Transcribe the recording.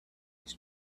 his